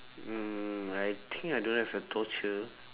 uh I think I don't have a torture